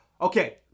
Okay